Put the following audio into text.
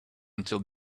until